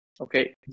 okay